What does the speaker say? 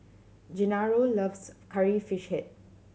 Gennaro loves Curry Fish Head